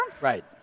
Right